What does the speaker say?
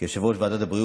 יושב-ראש ועדת הבריאות,